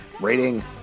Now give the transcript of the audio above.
rating